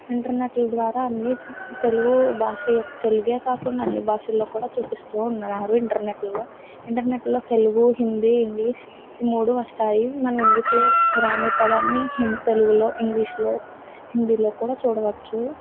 ఇంటర్నెట్ల ద్వారా అన్నీ తెలుగు భాష యొక్క తెలుగే కాకుండా అన్నీ భాషలలో కూడా చూపిస్తు ఉన్నారు ఇంటర్నెట్లలో ఇంటర్నెట్లలో తెలుగు హిందీ ఇంగ్లీష్ ఈ మూడు వస్తాయి మనం ఇంగ్లీషులో రాని పదాన్ని హింద్ తెలుగులో ఇంగ్లీషులో హిందీలో కూడా చూడవచ్చు